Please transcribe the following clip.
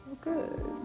good